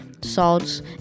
salts